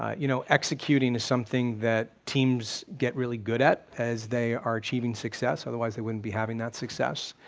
you know, executing is something that teams get really good at as they are achieving success, otherwise they wouldn't be having that success,